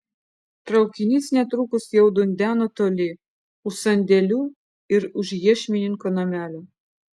traukinys netrukus jau dundeno toli už sandėlių ir už iešmininko namelio